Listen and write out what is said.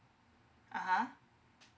uh !huh!